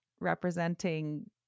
representing